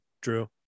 Drew